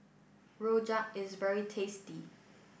Rojak is very tasty